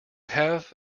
have